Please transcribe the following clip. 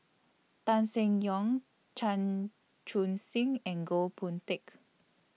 Tan Seng Yong Chan Chun Sing and Goh Boon Teck